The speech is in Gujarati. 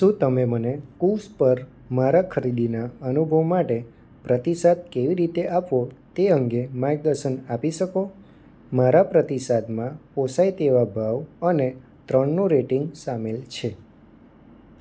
શું તમે મને કૂવ્સ પર મારા ખરીદીના અનુભવ માટે પ્રતિસાદ કેવી રીતે આપવો તે અંગે માર્ગદર્શન આપી શકો મારા પ્રતિસાદમાં પોસાય તેવા ભાવ અને ત્રણનું રેટિંગ સામેલ છે